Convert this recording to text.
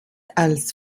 als